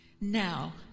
Now